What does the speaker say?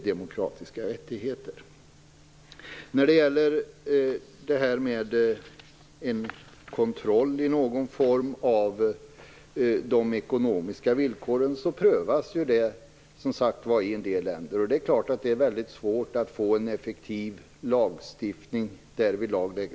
Detta med någon form av kontroll av de ekonomiska villkoren prövas i del länder. Det är mycket svårt att få en effektiv lagstiftning därvidlag.